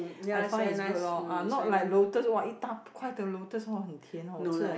I find is good lor ah not like lotus !wah! 一大块的 lotus !wah! 很甜我吃了